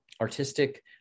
artistic